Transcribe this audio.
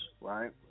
Right